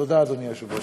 תודה, אדוני היושב-ראש.